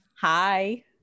Hi